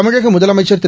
தமிழக முதலமைச்சர் திரு